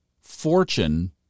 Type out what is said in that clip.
Fortune